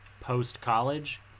post-college